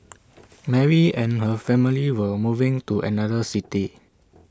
Mary and her family were moving to another city